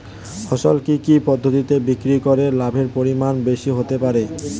ফসল কি কি পদ্ধতি বিক্রি করে লাভের পরিমাণ বেশি হতে পারবে?